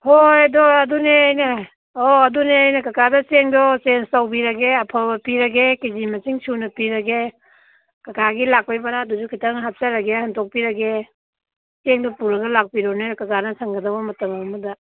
ꯍꯣꯏ ꯑꯗꯣ ꯑꯗꯨꯅꯦ ꯑꯩꯅ ꯑꯣ ꯑꯗꯨꯅꯦ ꯑꯩꯅ ꯀꯀꯥꯗ ꯆꯦꯡꯗꯣ ꯆꯦꯟꯖ ꯇꯧꯕꯤꯔꯒꯦ ꯑꯐꯕ ꯄꯤꯔꯒꯦ ꯀꯦ ꯖꯤ ꯃꯁꯤꯡ ꯁꯨꯅ ꯄꯤꯔꯒꯦ ꯀꯀꯥꯒꯤ ꯂꯥꯛꯄꯒꯤ ꯕꯔꯥꯗꯨꯁꯨ ꯈꯤꯇꯪ ꯍꯥꯞꯆꯔꯒꯦ ꯍꯟꯇꯣꯛꯄꯤꯔꯒꯦ ꯆꯦꯡꯗꯣ ꯄꯨꯔꯒ ꯂꯥꯛꯄꯤꯔꯣꯅꯦ ꯀꯀꯥꯅ ꯁꯪꯒꯗꯕ ꯃꯇꯝ ꯑꯃꯗ